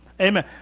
Amen